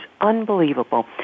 unbelievable